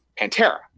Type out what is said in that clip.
Pantera